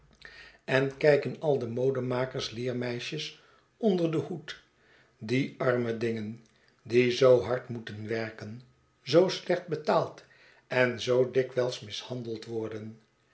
zij stappen derhalve door en kijkenalde modemaaksters leermeisjes onder den hoed die arme dingen die zoo hard moeten werken zoo slecht betaald en zoo dikwijls mishandeld worden